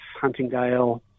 Huntingdale